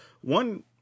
one